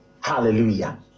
Hallelujah